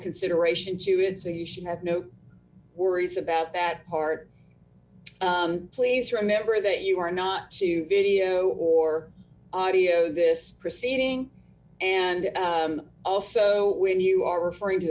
consideration to it so you should have no worries about that part please remember that you are not to be here or audio this proceeding and also when you are referring to